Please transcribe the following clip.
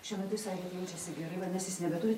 šiuo metu jūs sakėt jaučiasi gerai vadinas jis nebeturi